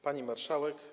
Pani Marszałek!